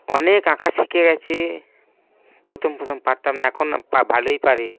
অনেক আঁকা শিখে গিয়েছি প্রথম প্রথম পারতাম না এখন ভালোই পারি